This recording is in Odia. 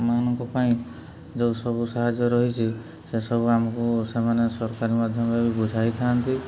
ମାନଙ୍କ ପାଇଁ ଯୋଉ ସବୁ ସାହାଯ୍ୟ ରହିଛି ସେସବୁ ଆମକୁ ସେମାନେ ସରକାରୀ ମାଧ୍ୟମରେ ବି ବୁଝାଇଥାନ୍ତି